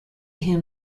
him